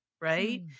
right